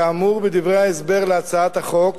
כאמור בדברי ההסבר להצעת החוק,